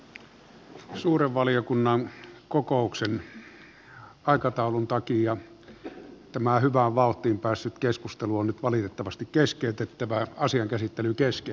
suuren valiokunnan kokouksen aikataulun takia tämä hyvään vauhtiin päässyt keskustelu on nyt valitettavasti keskeytettävä asian käsittely keski